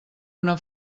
una